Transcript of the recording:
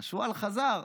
והשועל חזר.